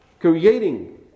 creating